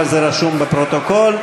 אבל זה רשום בפרוטוקול.